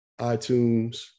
iTunes